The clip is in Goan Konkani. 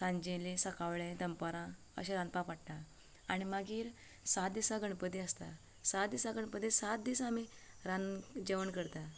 सांजवेळे सकावळें दनपारां अशें रांदपाक पडटा आनी मागीर सात दिसां गणपती आसता सात दिसां गणपतीक सात दीस आमी रांदून जेवण करतात